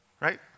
Right